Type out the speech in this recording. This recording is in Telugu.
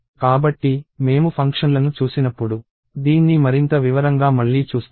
కాబట్టి మేము ఫంక్షన్లను చూసినప్పుడు దీన్ని మరింత వివరంగా మళ్లీ చూస్తాము